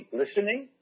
listening